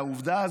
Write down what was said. על העובדה,